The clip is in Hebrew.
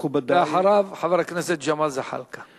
מכובדי, ואחריו, חבר הכנסת ג'מאל זחאלקה.